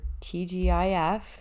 TGIF